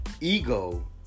Ego